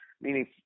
meaning